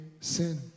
sin